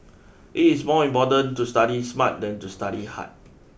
it is more important to study smart than to study hard